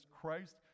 Christ